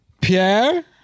Pierre